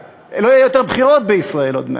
ושלא יהיו יותר בחירות בישראל עוד מעט,